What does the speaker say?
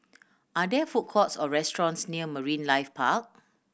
are there food courts or restaurants near Marine Life Park